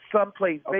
someplace